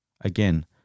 Again